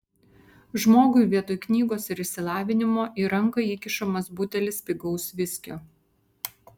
žmogui vietoj knygos ir išsilavinimo į ranką įkišamas butelis pigaus viskio